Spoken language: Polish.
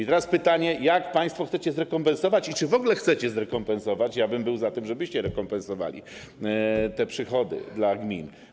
Stawiam pytanie, jak państwo chcecie zrekompensować i czy w ogóle chcecie zrekompensować - ja bym był za tym, żebyście zrekompensowali - te przychody gmin.